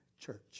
church